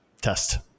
test